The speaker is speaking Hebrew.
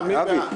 בבקשה, מי בעד?